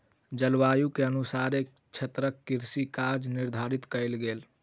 जलवायु के अनुसारे क्षेत्रक कृषि काज निर्धारित कयल गेल